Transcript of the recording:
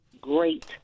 great